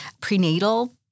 prenatal